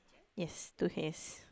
yes two hays